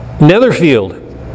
Netherfield